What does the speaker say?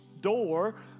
door